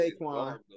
Saquon